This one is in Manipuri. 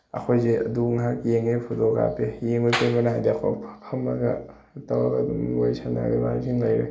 ꯑꯩꯈꯣꯏꯁꯦ ꯑꯗꯨ ꯉꯥꯏꯍꯥꯛ ꯌꯦꯡꯉꯦ ꯐꯣꯇꯣ ꯀꯥꯞꯄꯦ ꯌꯦꯡꯕꯩ ꯄꯦꯟꯕ ꯅꯥꯏꯗꯦ ꯑꯩꯈꯣꯏ ꯐꯝꯃꯒ ꯇꯧꯔꯒ ꯑꯗꯨꯝ ꯋꯥꯔꯤ ꯁꯥꯟꯅꯔꯒ ꯏꯃꯥꯟꯅꯕꯁꯤꯡ ꯂꯩꯔꯦ